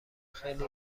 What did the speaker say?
خیلی